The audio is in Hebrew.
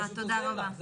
תודה רבה.